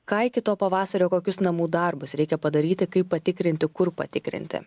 ką iki to pavasario kokius namų darbus reikia padaryti kaip patikrinti kur patikrinti